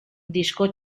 disko